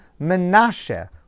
Menashe